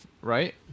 right